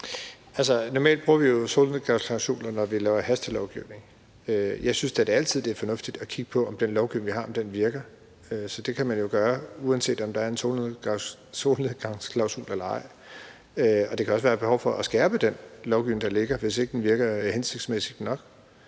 normalt bruger vi jo solnedgangsklausuler, når vi laver hastelovgivning. Jeg synes da altid, det er fornuftigt at kigge på, om den lovgivning, vi har, virker. Det kan man jo gøre, uanset om der er en solnedgangsklausul eller ej. Der kan også være behov for at skærpe den lovgivning, der ligger, hvis ikke den virker hensigtsmæssigt nok.